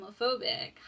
homophobic